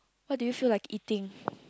what do you feel like eating